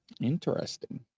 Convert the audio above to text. Interesting